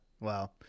wow